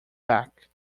back